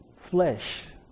flesh